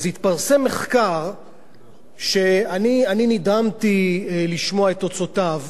התפרסם מחקר שאני נדהמתי לשמוע את תוצאותיו,